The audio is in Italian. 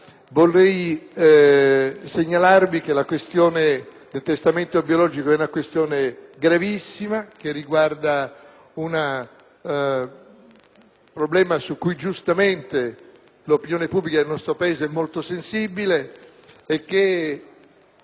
segnalarvi che la questione del testamento biologico è gravissima, riguarda un problema su cui giustamente l'opinione pubblica di questo Paese è molto sensibile e che